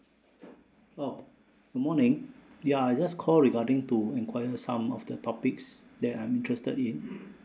oh morning ya I just call regarding to inquire some of the topics that I'm interested in